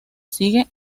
sigue